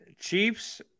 Chiefs